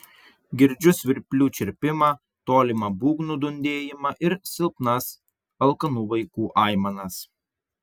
girdžiu svirplių čirpimą tolimą būgnų dundėjimą ir silpnas alkanų vaikų aimanas